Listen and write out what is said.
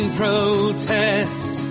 protest